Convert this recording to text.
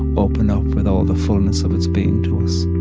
open up with all the fullness of its being, to us